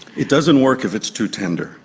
it doesn't work if it's too tender.